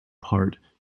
part